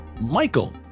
Michael